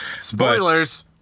spoilers